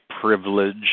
privilege